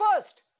first